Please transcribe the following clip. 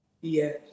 Yes